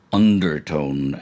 undertone